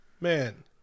Man